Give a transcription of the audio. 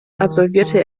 absolvierte